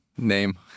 Name